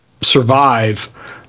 survive